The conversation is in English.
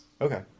Okay